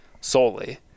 solely